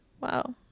wow